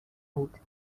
بود